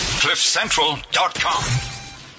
Cliffcentral.com